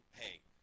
hey